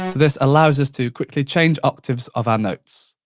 this allows us to quickly change octaves of our notes.